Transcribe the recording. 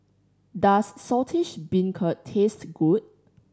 does Saltish Beancurd taste good